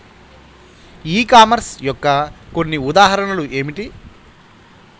ఈ కామర్స్ యొక్క కొన్ని ఉదాహరణలు ఏమిటి?